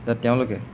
যে তেওঁলোকে